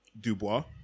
Dubois